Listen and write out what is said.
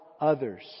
others